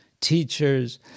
teachers